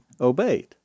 obeyed